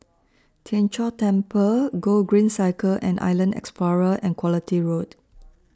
Tien Chor Temple Gogreen Cycle and Island Explorer and Quality Road